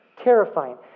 Terrifying